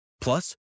Plus